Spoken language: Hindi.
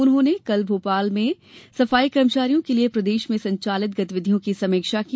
उन्होंने कल यहाँ मंत्रालय में सफाई कर्मचारियों के लिये प्रदेश में संचालित गतिविधियों की समीक्षा की